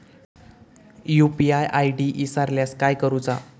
UPI ID इसरल्यास काय करुचा?